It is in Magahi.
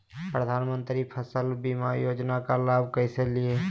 प्रधानमंत्री फसल बीमा योजना का लाभ कैसे लिये?